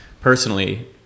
personally